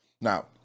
Now